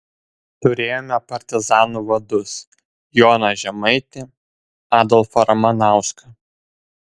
turėjome partizanų vadus joną žemaitį adolfą ramanauską